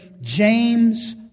James